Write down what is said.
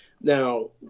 Now